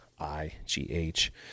I-G-H